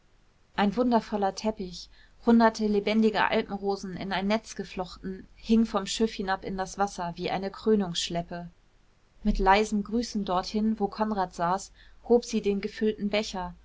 ein wundervoller teppich hunderte lebendiger alpenrosen in ein netz geflochten hing vom schiff hinab in das wasser wie eine krönungsschleppe mit leisem grüßen dorthin wo konrad saß hob sie den gefüllten becher